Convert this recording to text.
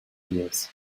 years